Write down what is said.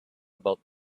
about